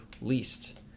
least